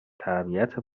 تربیت